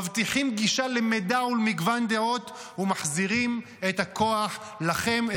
מבטיחים גישה למידע ולמגוון דעות ומחזירים את הכוח לכם,